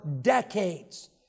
decades